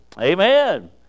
Amen